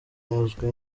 uzwi